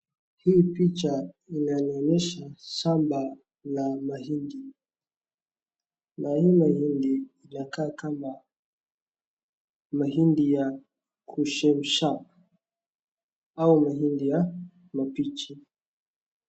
Hii picha inanionyesha shamba la mahindi. Na hii mahindi ya kuchemsha au mahindi mabichi.